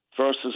versus